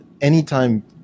anytime